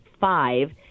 five